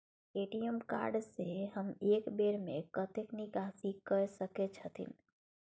ATM card से हम एक बेर में कतेक निकासी कय सके छथिन?